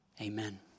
Amen